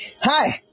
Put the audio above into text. Hi